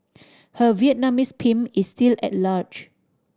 her Vietnamese pimp is still at large